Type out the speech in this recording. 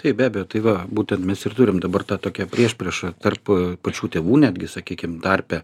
taip be abejo tai va būtent mes ir turim dabar ta tokia priešprieša tarp pačių tėvų netgi sakykim tarpe